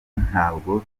ntabwo